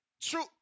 true